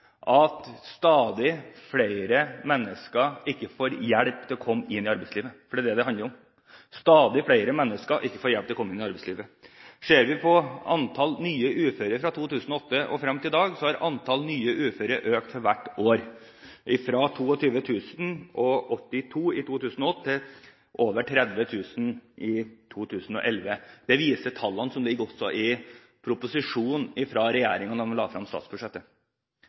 at stadig flere mennesker ikke får hjelp til å komme inn i arbeidslivet, for det er det det handler om. Ser vi på antall nye uføre fra 2008 og frem til i dag, har antallet økt for hvert år – fra 22 082 i 2008 til over 30 000 i 2011. Det viste også tallene som lå i proposisjonen fra regjeringen da de la frem statsbudsjettet.